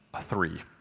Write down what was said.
three